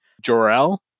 Jor-El